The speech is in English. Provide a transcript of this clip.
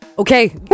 Okay